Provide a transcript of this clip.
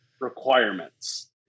requirements